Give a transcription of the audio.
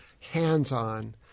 hands-on